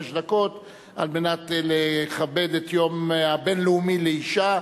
דקות על מנת לכבד את היום הבין-לאומי לאשה,